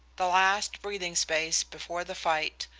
the last breathing-space before the fight,